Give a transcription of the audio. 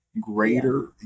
greater